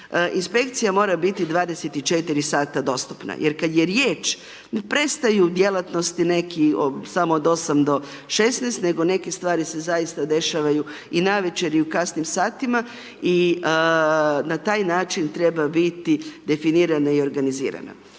inspekcija mora biti 24 sata dostupna, jer kad je riječ, prestaju djelatnosti, neki samo od 8-16, nego neke stvari se zaista dešavaju i navečer, i u kasnim satima, i na taj način treba biti definirana i organizirana.